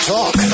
Talk